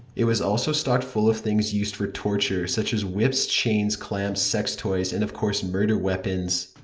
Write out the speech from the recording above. it was also stocked full of things used for torture, such as whips, chains, clamps, sex toys, and of course murder weapons.